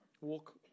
walk